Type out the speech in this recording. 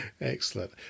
Excellent